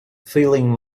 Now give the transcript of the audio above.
feeling